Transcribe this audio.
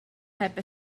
heb